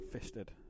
fisted